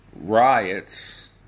riots